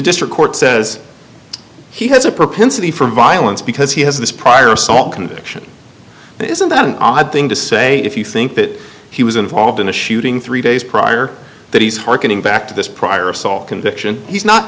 district court says he has a propensity for violence because he has this prior somewhat conviction isn't that an odd thing to say if you think that he was involved in a shooting three days prior that he's harkening back to this prior assault conviction he's not